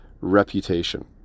reputation